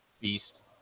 Beast